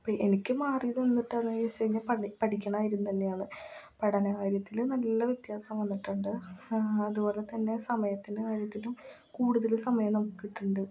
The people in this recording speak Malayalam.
ഇപ്പം എനിക്ക് മാറിയത് എന്തുട്ടാന്ന് ചോദിച്ച് കഴിഞ്ഞാൽ പഠിക്കുന്ന കാര്യം തന്നെയാണ് പഠനകാര്യത്തിലും നല്ല വ്യത്യാസം വന്നിട്ടുണ്ട് അതുപോലെത്തന്നെ സമയത്തിൻ്റെ കാര്യത്തിലും കൂടുതൽ സമയം നമുക്ക് കിട്ടുന്നുണ്ട്